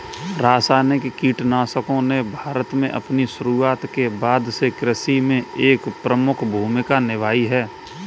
रासायनिक कीटनाशकों ने भारत में अपनी शुरूआत के बाद से कृषि में एक प्रमुख भूमिका निभाई है